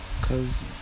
Cause